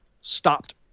stopped